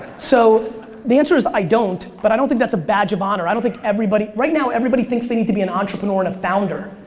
so the answer is i don't, but i don't think that's a badge of honor. i don't think everybody, right now everybody thinks they need to be an entrepreneur and a founder.